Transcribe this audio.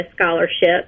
scholarship